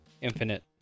Infinite